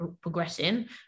progressing